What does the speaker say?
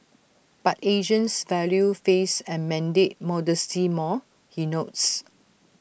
but Asians value face and mandate modesty more he notes